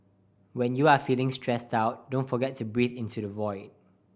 when you are feeling stressed out don't forget to breathe into the void